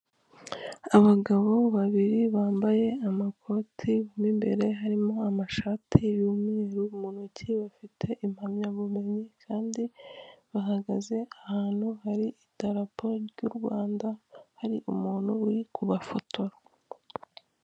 Abagabo babiri bambaye amakoti, mo imbere harimo amashati y'umweru mu ntoki bafite impamyabumenyi kandi bahagaze ahantu hari idarapo ry'u Rwanda hari umuntu uri kubafotora.